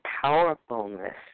powerfulness